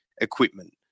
equipment